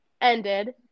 ended